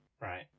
right